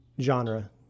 genre